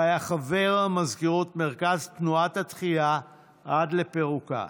והיה חבר מזכירות מרכז תנועת התחיה עד לפירוקה.